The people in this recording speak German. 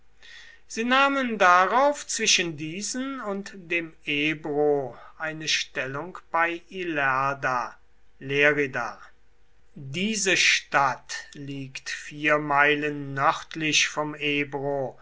sie nahmen darauf zwischen diesen und dem ebro eine stellung bei ilerda lerida diese stadt liegt vier meilen nördlich vom ebro